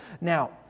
now